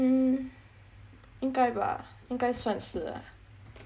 mm 应该 ba 应该算是 ah